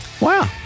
Wow